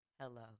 Hello